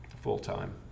full-time